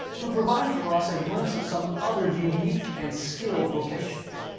who provide for us a glimpse of some other unique and skilled vocations.